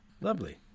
Lovely